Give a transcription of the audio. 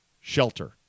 shelter